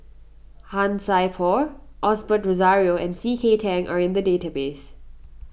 Han Sai Por Osbert Rozario and C K Tang are in the database